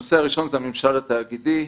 הנושא הראשון זה ממשל תאגידי.